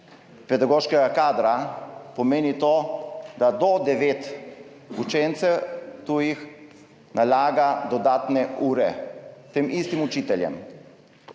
pedagoškega kadra, pomeni to, da za do devet tujih učencev nalaga dodatne ure tem istim učiteljem.